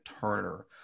turner